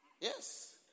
Yes